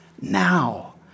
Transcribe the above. Now